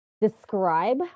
describe